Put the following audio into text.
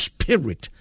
Spirit